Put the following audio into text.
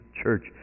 church